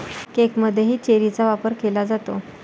केकमध्येही चेरीचा वापर केला जातो